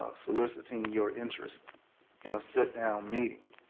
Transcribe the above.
ah soliciting your interest in a sit down meeting.